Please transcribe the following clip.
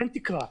אין תקרה.